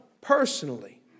personally